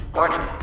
warning